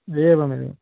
एवमेवं